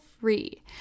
free